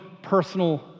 personal